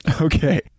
Okay